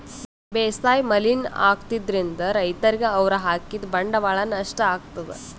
ಬೇಸಾಯ್ ಮಲಿನ್ ಆಗ್ತದ್ರಿನ್ದ್ ರೈತರಿಗ್ ಅವ್ರ್ ಹಾಕಿದ್ ಬಂಡವಾಳ್ ನಷ್ಟ್ ಆಗ್ತದಾ